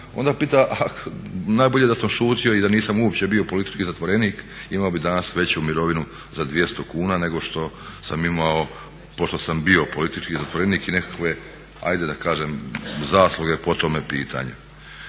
on pita a najbolje da sam šutio i da nisam uopće bio politički zatvorenik imao bi danas veću mirovinu za 200 kuna nego pošto sam bio politički zatvorenik i nekakve ajde da kažem zasluge po tome pitanju.